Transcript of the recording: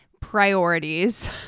priorities